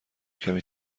کمی